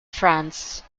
france